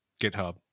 GitHub